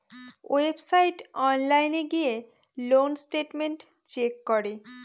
ওয়েবসাইটে অনলাইন গিয়ে loan statement check করে